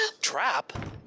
Trap